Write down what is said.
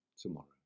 tomorrow